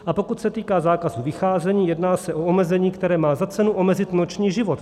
A pokud se týká zákazu vycházení, jedná se o omezení, které má za cenu omezit noční život.